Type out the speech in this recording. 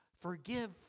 Forgive